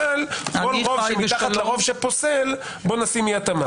וכל רוב שפוסל בוא נשים אי התאמה.